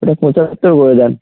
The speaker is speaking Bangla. ওটা পঁচাত্তর করে দিন